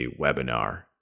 webinar